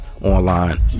online